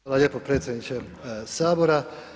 Hvala lijepa predsjedniče Sabora.